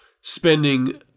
spending